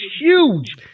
huge